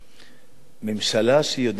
ממשלה שיודעת להתערב